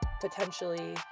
potentially